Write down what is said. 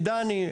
דני,